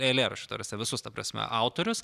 eilėraščių ta prasme visus ta prasme autorius